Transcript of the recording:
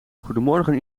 goedemorgen